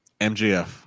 MGF